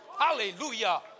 Hallelujah